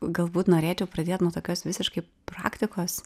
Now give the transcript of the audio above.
galbūt norėčiau pradėt nuo tokios visiškai praktikos